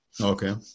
Okay